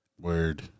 Word